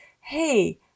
hey